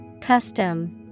Custom